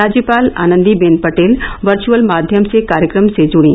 राज्यपाल आनन्दीबेन पटेल वर्वअल माध्यम से कार्यक्रम से जुड़ी